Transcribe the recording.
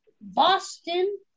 Boston